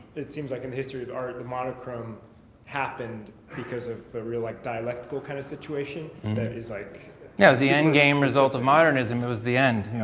it seems like in history of art the monochrome happened because of a real like dialectical kind of situation that it's like yeah, the endgame result of modernism, it was the end,